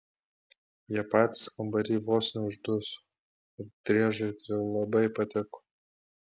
jie patys kambary vos neužduso bet driežui tai labai patiko